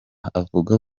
akavuga